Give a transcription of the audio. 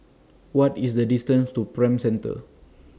What IS The distance to Prime Centre